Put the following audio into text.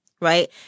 right